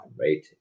right